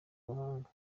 ubuhanga